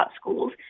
schools